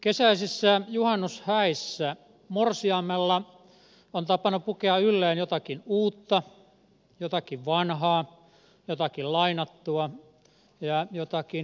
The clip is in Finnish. kesäisissä juhannushäissä morsiamella on tapana pukea ylleen jotakin uutta jotakin vanhaa jotakin lainattua ja jotakin sinistä